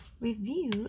review